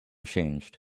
changed